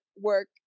work